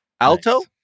alto